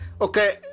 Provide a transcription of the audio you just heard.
okay